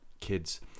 kids